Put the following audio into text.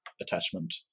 attachment